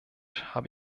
habe